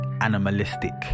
animalistic